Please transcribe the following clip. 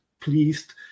pleased